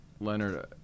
Leonard